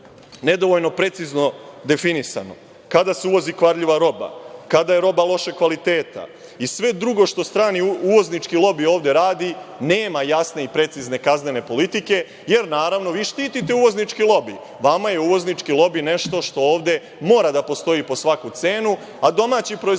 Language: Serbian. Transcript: nedovoljno precizno definisano kada se uvozi kvarljiva roba, kada je roba lošeg kvaliteta i sve drugo što strani uvoznički lobi ovde radi, nema jasne i precizne kaznene politike, jer naravno vi štitite uvoznički lobi. Vama je uvoznički lobi nešto što ovde mora da postoji po svaku cenu, a domaći proizvođač,